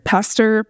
Pastor